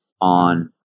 on